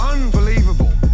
Unbelievable